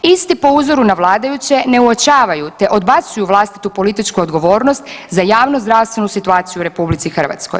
Isti po uzoru na vladajuće ne uočavaju te odbacuju vlastitu političku odgovornost za javnozdravstvenu situaciju u RH.